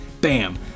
BAM